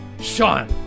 Sean